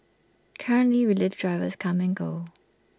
currently relief drivers come and go